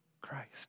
Christ